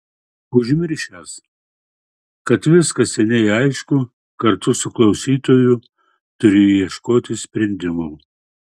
užmiršęs kad viskas seniai aišku kartu su klausytoju turiu ieškoti sprendimo